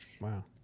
Wow